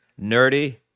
nerdy